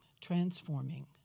transforming